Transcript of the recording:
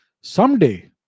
someday